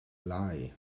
lie